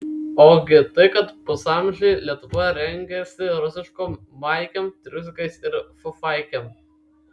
ogi tai kad pusamžį lietuva rengėsi rusiškom maikėm triusikais ir fufaikėm